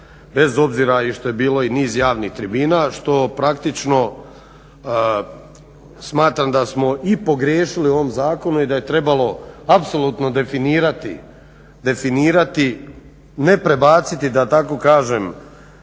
bez obzira što je bilo i niz javnih tribina, što praktično smatram da smo i pogriješili u ovom zakonu i da je trebalo apsolutno definirati, ne prebaciti da tako kažem,